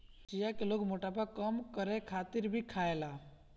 चिया के लोग मोटापा कम करे खातिर भी खायेला